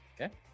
Okay